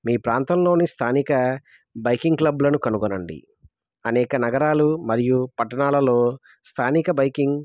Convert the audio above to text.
మీ ప్రాంతంలోని స్థానిక బైకింగ్ క్లబ్లను కనుగొనండి అనేక నగరాలు మరియు పట్టణాలలో స్థానిక బైకింగ్